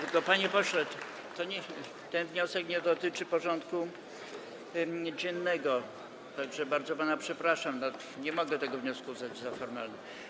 Tylko, panie pośle, ten wniosek nie dotyczy porządku dziennego, tak że bardzo pana przepraszam, nie mogę tego wniosku uznać za formalny.